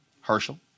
Herschel